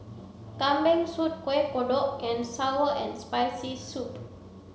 kambing soup kueh kodok and sour and spicy soup